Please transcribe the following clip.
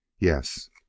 Yes